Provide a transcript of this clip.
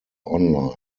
online